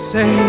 Say